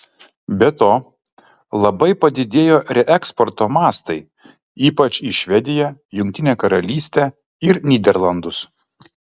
be to labai padidėjo reeksporto mastai ypač į švediją jungtinę karalystę ir nyderlandus